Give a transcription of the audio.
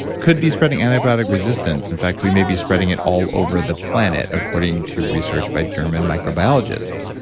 could be spreading antibiotic resistance. in fact, we may be spreading it all over the planet, according to research by german microbiologists.